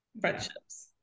friendships